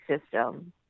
system